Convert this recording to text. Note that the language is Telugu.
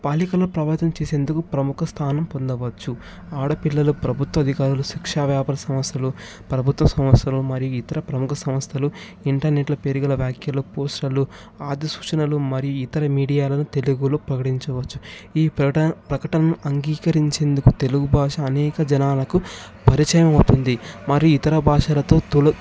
బాలికల ప్రభావితం చేసేందుకు ప్రముఖ స్థానం పొందవచ్చు ఆడపిల్లలు ప్రభుత్వ అధికారులు శిక్షా వ్యాపార సంస్థలు ప్రభుత్వ సంస్థలు మరియు ఇతర ప్రముఖ సంస్థలు ఇంటర్నెట్లో పేరు గల వ్యాఖ్యలు పోస్టలు ఆది సూచనలు మరియు ఇతర మీడియాలను తెలుగులో ప్రకటించవచ్చు ఈ ప్రకటన ప్రకటన అంగీకరించేందుకు తెలుగు భాష అనేక జనాలకు పరిచయం అవుతుంది మరియు ఇతర భాషలతో తుల